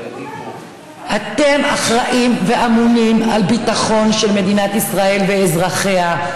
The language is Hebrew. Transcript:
אתם אחראים ואמונים על הביטחון של מדינת ישראל ואזרחיה,